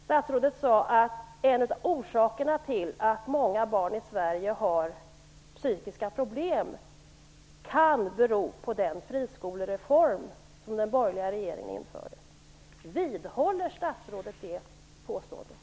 Statsrådet sade att en av orsakerna till att många barn i Sverige har psykiska problem kan vara den friskolereform som den borgerliga regeringen införde. Vidhåller statsrådet detta påstående?